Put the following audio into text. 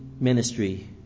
ministry